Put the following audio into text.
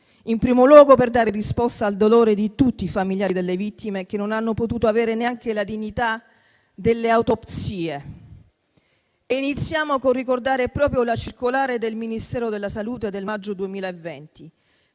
in primo luogo per dare risposta al dolore di tutti i familiari delle vittime che non hanno potuto avere neanche la dignità delle autopsie. Iniziamo col ricordare proprio la circolare del Ministero della salute del maggio 2020,